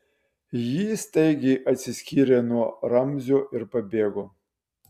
ji staigiai atsiskyrė nuo ramzio ir pabėgo